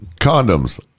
Condoms